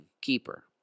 keeper